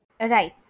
right